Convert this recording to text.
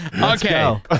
Okay